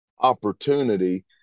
opportunity